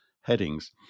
headings